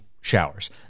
showers